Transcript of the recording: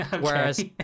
whereas